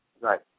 Right